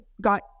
got